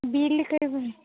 bill କହିବେ